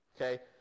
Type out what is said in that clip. okay